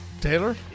Taylor